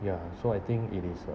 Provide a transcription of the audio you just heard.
ya so I think it is a